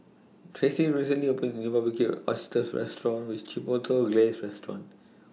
Tracy recently opened A New Barbecued Oysters with Chipotle Glaze Restaurant